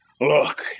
Look